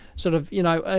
sort of, you know,